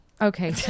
Okay